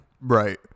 Right